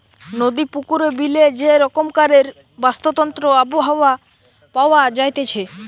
নদী, পুকুরে, বিলে যে রকমকারের বাস্তুতন্ত্র আবহাওয়া পাওয়া যাইতেছে